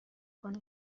کنه